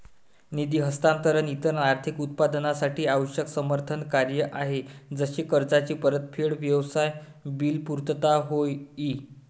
निधी हस्तांतरण इतर आर्थिक उत्पादनांसाठी आवश्यक समर्थन कार्य आहे जसे कर्जाची परतफेड, व्यवसाय बिल पुर्तता होय ई